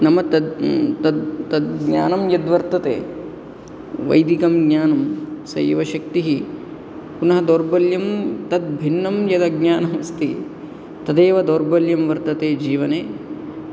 नाम तद् तद् तद् ज्ञानं यद् वर्तते वैदिकं ज्ञानं सैव शक्तिः पुनः दौर्बल्यं तद्भिन्नं यदज्ञानम् अस्ति तदेव दौर्बल्यं वर्तते जीवने